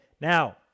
Now